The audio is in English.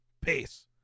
Peace